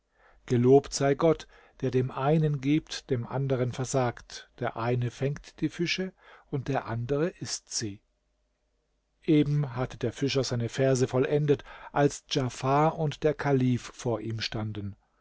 gelobt sei gott der dem einen gibt dem anderen versagt der eine fängt die fische und der andere ißt sie eben hatte der fischer seine verse vollendet als djafar und der kalif vor ihm standen